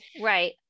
Right